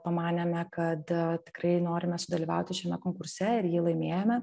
pamanėme kad tikrai norime sudalyvauti šiame konkurse ir jį laimėjome